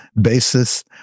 basis